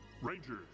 rangers